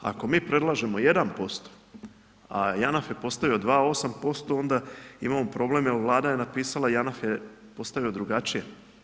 Ako mi predlažemo 1%, a JANAF je postavio 2,8% onda imamo problem jel Vlada je napisala JANAF je postavio drugačije.